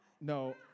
no